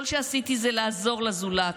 כל שעשיתי זה לעזור לזולת.